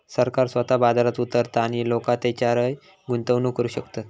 सरकार स्वतः बाजारात उतारता आणि लोका तेच्यारय गुंतवणूक करू शकतत